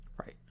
Right